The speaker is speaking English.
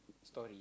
story